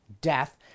death